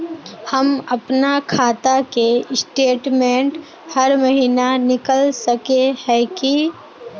हम अपना खाता के स्टेटमेंट हर महीना निकल सके है की?